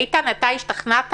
איתן, אתה השתכנעת?